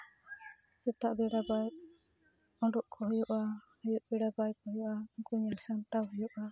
ᱥᱮᱛᱟᱜ ᱵᱮᱲᱟ ᱵᱟᱭᱨᱮ ᱩᱰᱩᱠ ᱠᱚ ᱦᱩᱭᱩᱜᱼᱟ ᱟᱹᱭᱩᱵ ᱵᱮᱲᱟ ᱵᱟᱭ ᱠᱚ ᱦᱩᱭᱩᱜᱼᱟ ᱩᱱᱠᱩ ᱧᱮᱞ ᱥᱟᱢᱴᱟᱣ ᱦᱩᱭᱩᱜᱼᱟ